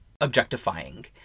objectifying